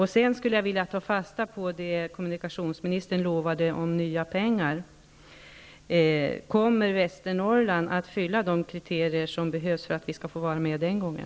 Jag skulle också vilja ta fasta på kommunikationsministerns löfte om nya pengar. Kommer Västernorrland att uppfylla de kriterier som är nödvändiga för att vi skall få vara med den gången?